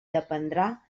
dependrà